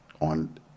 on